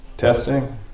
Testing